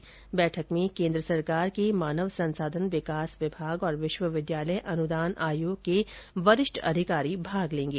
इस बैठक में केन्द्र सरकार के मानव संसाधन विकास विभाग और विश्वविद्यालय अनुदान आयोग के वरिष्ठ अधिकारी भाग ले गे